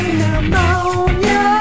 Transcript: pneumonia